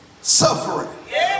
suffering